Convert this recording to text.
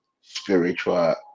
spiritual